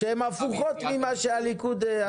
שהן הפוכות להסתייגויות שהוגשו על ידי הליכוד.